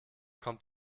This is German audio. kommt